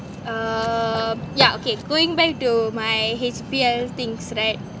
err yeah okay going back to my H_B_L things today